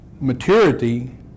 Maturity